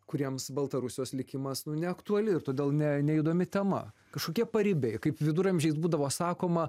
kuriems baltarusijos likimas neaktuali ir todėl ne neįdomi tema kažkokie paribiai kaip viduramžiais būdavo sakoma